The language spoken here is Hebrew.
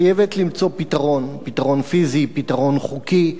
חייבת למצוא פתרון, פתרון פיזי, פתרון חוקי,